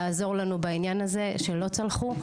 לעזור לנו בעניין הזה שלא צלחו,